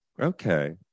Okay